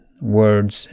words